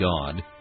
God